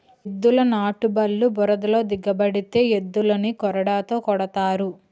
ఎద్దుల నాటుబల్లు బురదలో దిగబడితే ఎద్దులని కొరడాతో కొడతారు